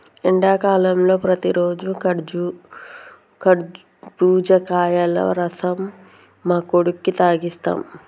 ఎండాకాలంలో ప్రతిరోజు కర్బుజకాయల రసం మా కొడుకుకి తాగిస్తాం